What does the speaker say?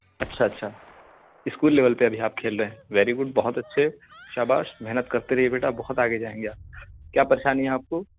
اچھا اچھا school level پہ ابھی آپ کھیل رہے ہیں ویری گڈ بہت اچھے شاباش محنت کرتے رہیے بیٹا بہت آگے جائیں گے آپ کیا پریشانی ہے آپ کو